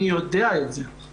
אני יודע את זה.